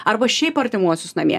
arba šiaip artimuosius namie